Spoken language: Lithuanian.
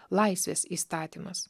laisvės įstatymas